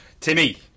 Timmy